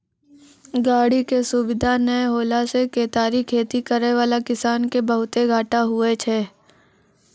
गाड़ी के सुविधा नै होला से केतारी खेती करै वाला किसान के बहुते घाटा हुवै छै